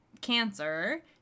cancer